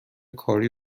کاری